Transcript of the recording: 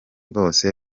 bose